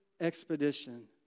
expedition